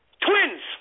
twins